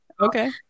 Okay